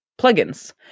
plugins